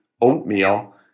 oatmeal